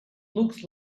looks